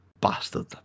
Bastard